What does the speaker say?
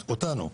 אותנו,